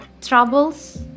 troubles